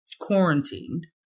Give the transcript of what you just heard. quarantined